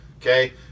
okay